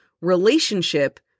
relationship